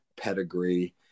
pedigree